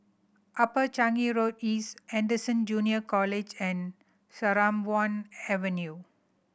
Upper Changi Road East Anderson Junior College and Sarimbun Avenue